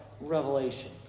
Revelation